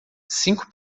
cinco